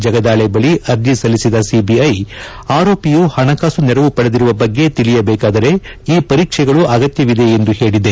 ಜಗದಾಳೆ ಬಳಿ ಅರ್ಜಿ ಸಲ್ಲಿಸಿದ ಸಿಬಿಐ ಆರೋಪಿಯು ಹಣಕಾಸು ನೆರವು ಪಡೆದಿರುವ ಬಗ್ಗೆ ತಿಳಿಯಬೇಕಾದರೆ ಈ ಪರೀಕ್ಷೆಗಳು ಅಗತ್ಯವಿದೆ ಎಂದು ಹೇಳಿದೆ